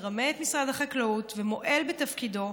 מרמה את משרד החקלאות ומועל בתפקידו,